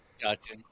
Gotcha